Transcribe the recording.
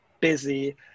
busy